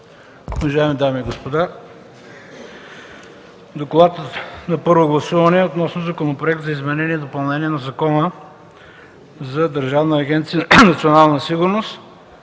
Уважаеми дами и господа! „ДОКЛАД за първо гласуване относно Законопроект за изменение и допълнение на Закона за Държавна агенция „Национална сигурност”